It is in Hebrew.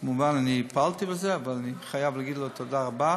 כמובן אני פעלתי למען זה אבל אני חייב להגיד לו תודה רבה,